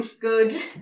good